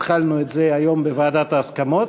התחלנו את זה היום בוועדת ההסכמות.